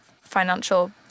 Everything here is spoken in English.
financial